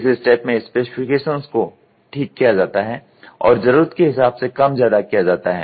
इस स्टेप में स्पेसिफिकेशन्स को ठीक किया जाता है और जरुरत के हिसाब से कम ज्यादा किया जाता है